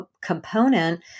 component